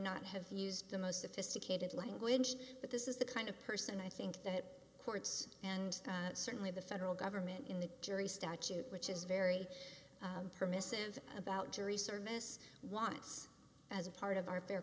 not have used the most sophisticated language but this is the kind of person i think that courts and certainly the federal government in the jury statute which is very permissive about jury service wants as a part of our fair